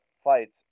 fights